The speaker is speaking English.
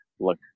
look